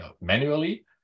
manually